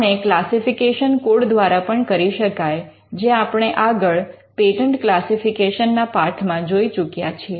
આને classification code દ્વારા પણ કરી શકાય જે આપણે આગળ પેટન્ટ ક્લાસિફિકેશન ના પાઠમાં જોઈ ચૂક્યા છીએ